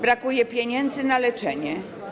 Brakuje pieniędzy na leczenie.